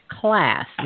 class